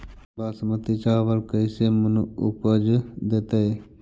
बासमती चावल कैसे मन उपज देतै?